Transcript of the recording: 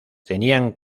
tenían